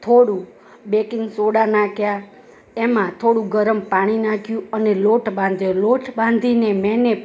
થોડું baking soda નાખ્યા એમાં થોડું ગરમ પાણી નાખ્યું અને લોટ બાંધ્યો લોટ બાંધીને મેને